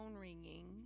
ringing